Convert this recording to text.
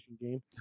game